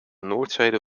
noordzijde